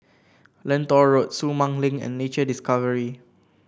Lentor Road Sumang Link and Nature Discovery